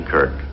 Kirk